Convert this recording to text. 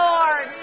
Lord